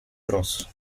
bros